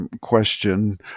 question